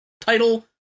title